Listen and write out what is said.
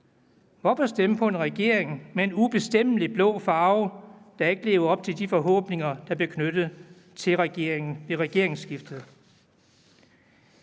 Hvorfor stemme på en regering med en ubestemmelig blå farve, der ikke lever op til de forhåbninger, der blev knyttet til den ved regeringsskiftet?